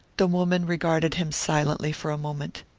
the woman regarded him silently for a moment.